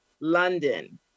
London